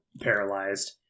paralyzed